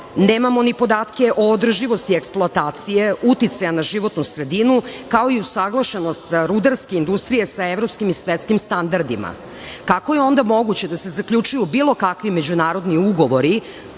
nemamo ni podatke o održivosti eksploatacije, uticaja na životnu sredinu, kao i usaglašenost rudarske industrije sa evropskim i svetskim standardima? Kako je onda moguće da se zaključuju bilo kakvi međunarodni ugovori